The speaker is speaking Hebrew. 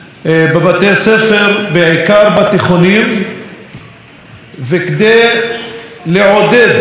וכדי לעודד את הצעירים הערבים, את התלמידים,